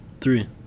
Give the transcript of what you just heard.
Three